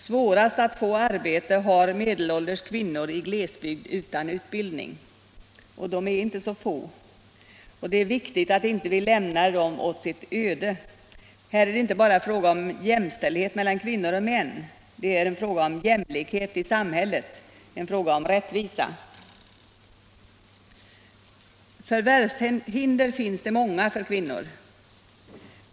Svårast att få arbete har medelålders kvinnor utan utbildning och som bor i glesbygd. De är inte så få. Det är viktigt att vi inte lämnar dem åt sitt öde. Här är det inte bara fråga om jämställdhet mellan kvinnor och män; det är fråga om jämlikhet i samhället, en fråga om rättvisa. Förvärvshindren är många för kvinnorna.